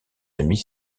amis